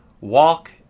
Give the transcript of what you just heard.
walk